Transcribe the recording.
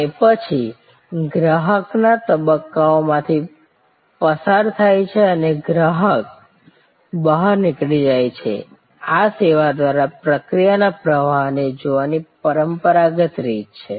અને પછી ગ્રાહક આ તબક્કાઓમાંથી પસાર થાય છે અને ગ્રાહક બહાર નીકળી જાય છે આ સેવા દ્વારા પ્રક્રિયાના પ્રવાહને જોવાની પરંપરાગત રીત છે